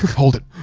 hold it,